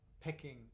picking